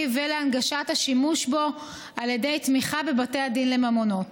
ולהנגשת השימוש בו על ידי תמיכה בבתי הדין לממונות.